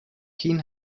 keen